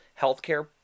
healthcare